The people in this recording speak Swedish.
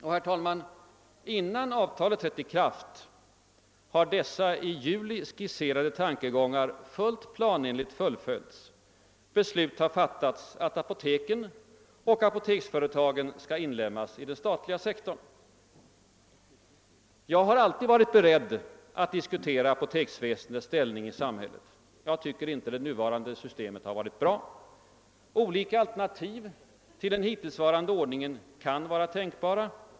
Och, herr talman, innan avtalet trätt i kraft har dessa i juli skisserade tankegångar fullt planenligt fullföljts. Beslut har fattats att apoteken och apoteksföretagen skall inlemmas i den statliga sektorn. Jag har alltid varit beredd att diskutera apoteksväsendets ställning i samhället — jag tycker inte att det nuvarande systemet har varit bra. Olika alternativ till den hittillsvarande ordningen kan vara tänkbara.